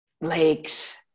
Lakes